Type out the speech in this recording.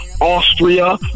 Austria